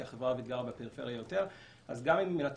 כי החברה הערבית גרה יותר בפריפריה גם אם מנתחים